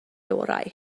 orau